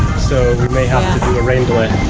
so we may have to do a rain delay.